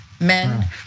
men